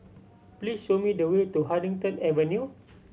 please show me the way to Huddington Avenue